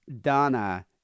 Donna